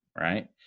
Right